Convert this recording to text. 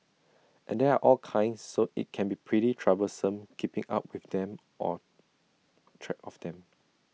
and there are all kinds so IT can be pretty troublesome keeping up with them or track of them